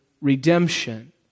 redemption